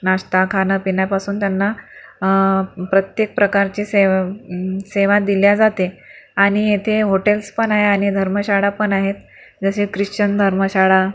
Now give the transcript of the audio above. नाश्ता खाणपिण्यापासून त्यांना प्रत्येक प्रकारची सेव सेवा दिल्या जाते आणि येथे हॉटेल्स पण आहे आणि धर्मशाळा पण आहेत जसे ख्रिस्चन धर्मशाळा